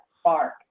spark